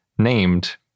named